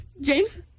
James